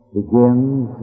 begins